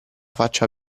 faccia